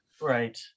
Right